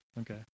Okay